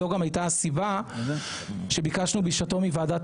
זו גם הייתה הסיבה שביקשנו בשעתו מוועדת